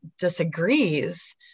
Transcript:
disagrees